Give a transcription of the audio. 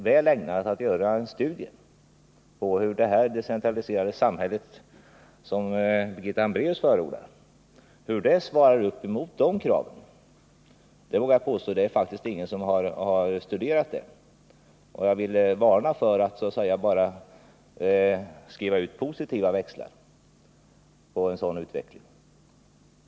Hur det decentraliserade samhälle som Birgitta Hambraeus förordar svarar mot de kraven vore väl ägnat för en studie. Det är faktiskt ingen som har studerat det, vågar jag påstå. Jag vill varna för att bara skriva ut positiva växlar på en sådan utveckling.